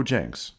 Jenks